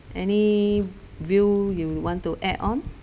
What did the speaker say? any view you want to add on